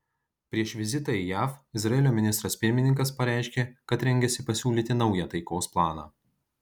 prieš vizitą į jav izraelio ministras pirmininkas pareiškė kad rengiasi pasiūlyti naują taikos planą